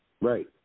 Right